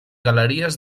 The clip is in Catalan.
galeries